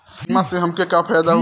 बीमा से हमके का फायदा होई?